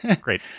Great